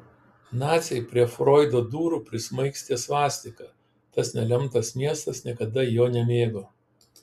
naciai prie froido durų prismaigstė svastiką tas nelemtas miestas niekada jo nemėgo